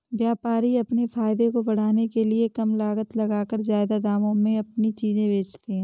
व्यापारी अपने फायदे को बढ़ाने के लिए कम लागत लगाकर ज्यादा दामों पर अपनी चीजें बेचते है